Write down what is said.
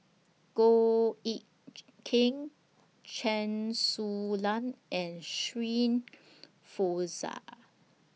Goh Eck Kheng Chen Su Lan and Shirin Fozdar